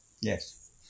Yes